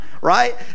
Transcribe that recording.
right